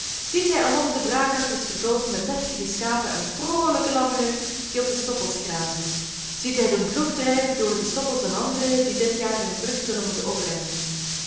ziet hij alom de braakakkers vervuld met deftige schapen en vroolijke lammeren die op de stoppels grazen ziet hij den ploeg drijven door de stoppels van andere die dit jaar hun vrucht zullen moeten opbrengen